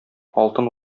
алтын